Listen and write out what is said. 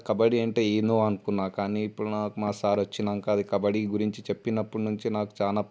కబడ్డీ అంటే ఏంటో అనుకున్నాను కానీ ఇప్పుడు నాకు మా సార్ వచ్చాక అది కబడ్డీ గురించి చెప్పినప్పటి నుంచి